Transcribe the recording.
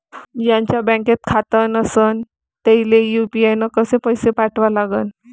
ज्याचं बँकेत खातं नसणं त्याईले यू.पी.आय न पैसे कसे पाठवा लागन?